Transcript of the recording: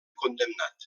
condemnat